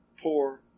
poor